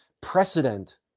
precedent